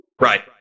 Right